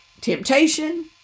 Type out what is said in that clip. temptation